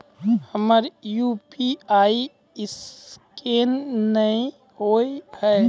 हमर UPI scan नेय हो या?